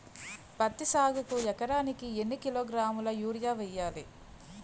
పత్తి సాగుకు ఎకరానికి ఎన్నికిలోగ్రాములా యూరియా వెయ్యాలి?